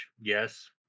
yes